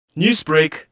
Newsbreak